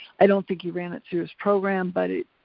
i don't think he ran it through his program but it